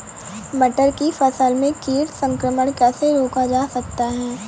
मटर की फसल में कीट संक्रमण कैसे रोका जा सकता है?